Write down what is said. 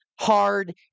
hard